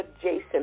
Jason